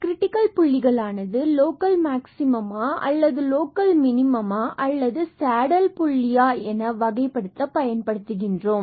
இந்த கிரிட்டிக்கல் புள்ளிகள் ஆனது லோக்கல் மேக்ஸிமமா அல்லது லோக்கல் மினிமமா அல்லது சேடில் புள்ளியா என்று வகைப்படுத்த பயன்படுத்துகிறோம்